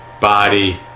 body